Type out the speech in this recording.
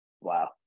Wow